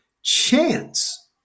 Chance